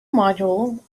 module